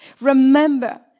Remember